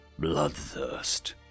bloodthirst